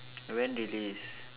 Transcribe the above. when released